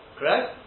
Correct